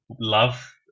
love